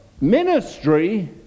ministry